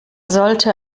sollte